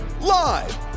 live